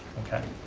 okay.